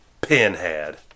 Pinhead